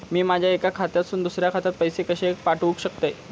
मी माझ्या एक्या खात्यासून दुसऱ्या खात्यात पैसे कशे पाठउक शकतय?